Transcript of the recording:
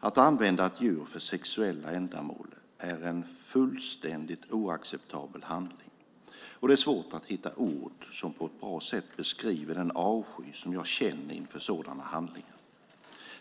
Att använda ett djur för sexuella ändamål är en fullständigt oacceptabel handling, och det är svårt att hitta ord som på ett bra sätt beskriver den avsky som jag känner inför sådana handlingar.